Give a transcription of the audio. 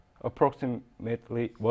approximately